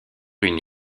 une